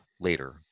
later